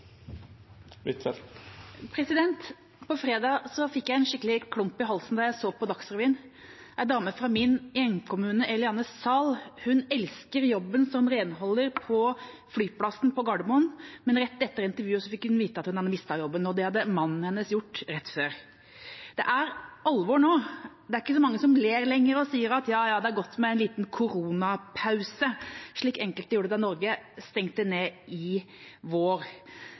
På fredag fikk jeg en skikkelig klump i halsen da jeg så på Dagsrevyen. En dame fra min hjemkommune, Eli-Anne Zahl, elsker jobben som renholder på flyplassen på Gardermoen, men rett etter intervjuet fikk hun vite at hun hadde mistet jobben, og det hadde mannen hennes gjort rett før. Det er alvor nå. Det er ikke så mange lenger som ler og sier: Ja, ja, det er godt med en liten koronapause – slik enkelte gjorde da Norge stengte ned i vår.